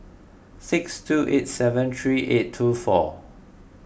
six two eight seven three eight two four